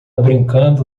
brincando